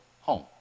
home